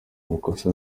amakosa